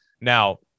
Now